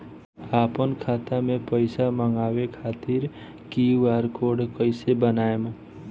आपन खाता मे पईसा मँगवावे खातिर क्यू.आर कोड कईसे बनाएम?